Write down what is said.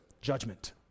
judgment